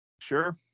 sure